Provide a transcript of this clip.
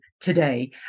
today